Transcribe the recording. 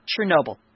Chernobyl